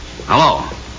Hello